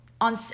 on